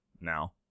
now